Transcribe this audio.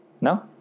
No